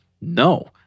No